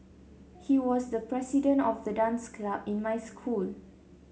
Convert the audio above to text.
he was the president of the dance club in my school